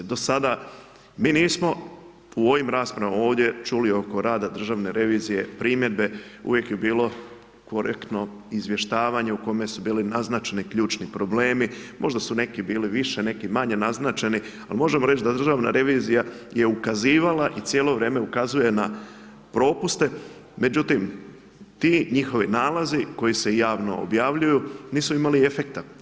Do sada mi nismo u ovim raspravama, ovdje čuli oko rada državne revizije primjedbe, uvijek je bilo korektno izvještavanje u kome su bili naznačeni ključni problemi, možda su neki bili više, neki manje naznačeni, ali možemo reći da državna revizija je ukazivala i cijelo vrijeme ukazuje na propuste, međutim, ti njihovi nalazi koji se javno objavljuju nisu imali efekta.